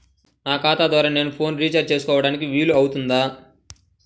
నా ఖాతా ద్వారా నేను ఫోన్ రీఛార్జ్ చేసుకోవడానికి వీలు అవుతుందా?